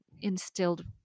instilled